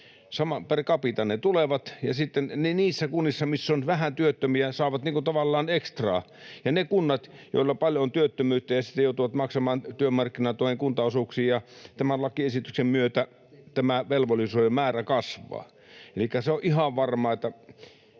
per capita ne tulevat, ja sitten ne kunnat, missä on vähän työttömiä, saavat tavallaan ekstraa. Ja niissä kunnissa, joissa on paljon työttömyyttä ja jotka siten joutuvat maksamaan työmarkkinatuen kuntaosuuksia, tämän lakiesityksen myötä tämän velvollisuuden määrä kasvaa. Elikkä se on ihan varmaa,